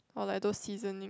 or like those seasoning